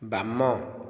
ବାମ